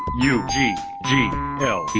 u g g l